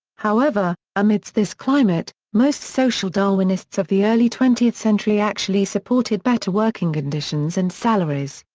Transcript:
however, amidst this climate, most social darwinists of the early twentieth century actually supported better working conditions and salaries.